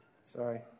Sorry